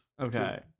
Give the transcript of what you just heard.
Okay